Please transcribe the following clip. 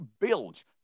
bilge